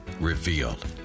Revealed